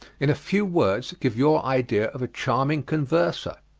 in a few words give your idea of a charming converser.